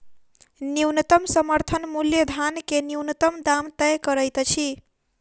न्यूनतम समर्थन मूल्य धान के न्यूनतम दाम तय करैत अछि